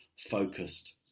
focused